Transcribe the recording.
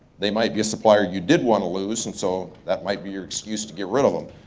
they might be a supplier you did want to lose and so that might be your excuse to get rid of em